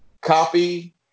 copy